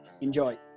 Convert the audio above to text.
enjoy